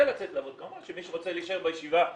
לצאת לעבוד כמובן שמי שרוצה להישאר בישיבה יוכל,